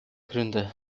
gründe